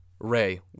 Ray